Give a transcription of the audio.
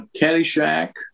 Caddyshack